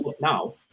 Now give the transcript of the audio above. now